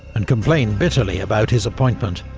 and complained bitterly about his appointment.